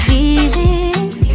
Feelings